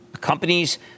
companies